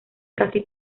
casi